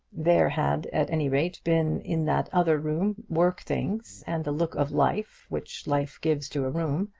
there had, at any rate, been in that other room work things, and the look of life which life gives to a room.